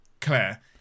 Claire